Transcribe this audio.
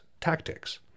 tactics